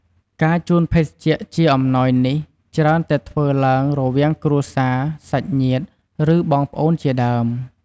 ការជូនភេសជ្ជៈជាអំណោយនេះច្រើនតែធ្វើឡើងរវាងគ្រួសារ សាច់ញាតិ ឬ បងប្អូនជាដើម។